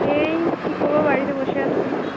এই কি করবো বাড়িতে বসে আছি